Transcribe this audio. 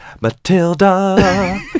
matilda